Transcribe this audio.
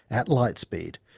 at lightspeed,